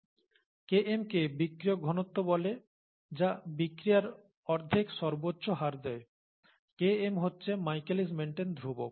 Km কে বিক্রিয়ক ঘনত্ব বলে যা বিক্রিয়ার অর্ধেক সর্বোচ্চ হার দেয় Km হচ্ছে মাইকেলিস মেন্টন ধ্রুবক